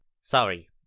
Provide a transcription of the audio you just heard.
sorry